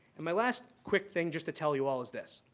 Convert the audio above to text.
and my last quick thing, just to tell you all is this